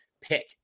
pick